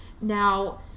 Now